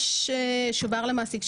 יש שובר למעסיק,